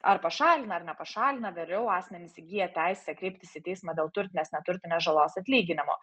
ar pašalina ar nepašalina vėliau asmenys įgyja teisę kreiptis į teismą dėl turtinės neturtinės žalos atlyginimo